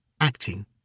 acting